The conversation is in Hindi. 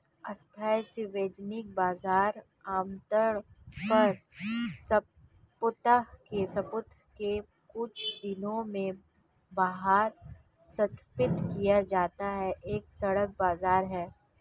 अस्थायी सार्वजनिक बाजार, आमतौर पर सप्ताह के कुछ दिनों में बाहर स्थापित किया जाता है, एक सड़क बाजार है